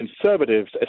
Conservatives